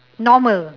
normal